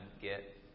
get